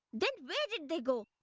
then where did they go,